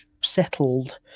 settled